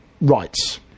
rights